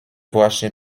właśnie